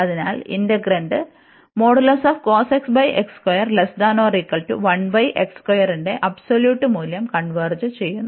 അതിനാൽ ഇന്റഗ്രന്റ് ന്റെ അബ്സോലൂട്ട് മൂല്യo കൺവെർജ് ചെയ്യുന്നു